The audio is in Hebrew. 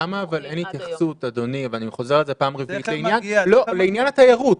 למה אבל אין התייחסות, אדוני, לעניין התיירות,